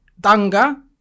Danga